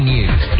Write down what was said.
News